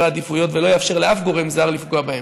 העדיפויות ולא יאפשרו לאף גורם זר לפגוע בהם.